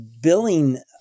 billing